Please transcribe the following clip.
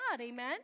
Amen